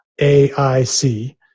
AIC